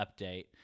update